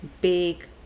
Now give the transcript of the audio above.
big